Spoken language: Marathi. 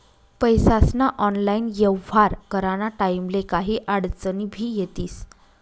पैसास्ना ऑनलाईन येव्हार कराना टाईमले काही आडचनी भी येतीस